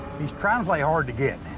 he's trying to play hard to get,